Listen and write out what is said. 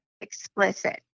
explicit